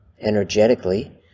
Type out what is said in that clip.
energetically